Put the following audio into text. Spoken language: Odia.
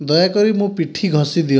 ଦୟାକରି ମୋ ପିଠି ଘଷି ଦିଅ